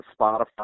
Spotify